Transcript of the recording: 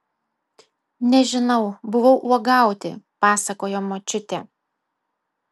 nežinau buvau uogauti pasakojo močiutė